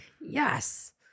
Yes